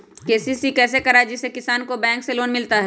KCC कैसे कराये जिसमे किसान को बैंक से लोन मिलता है?